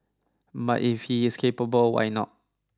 but if he is capable why not